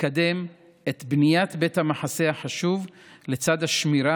לקדם את בניית בית המחסה החשוב לצד השמירה